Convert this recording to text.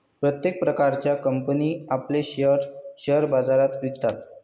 प्रत्येक प्रकारच्या कंपनी आपले शेअर्स शेअर बाजारात विकतात